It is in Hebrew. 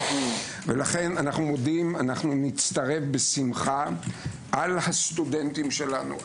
לכן נצטרף בשמחה על הסטודנטים שלנו,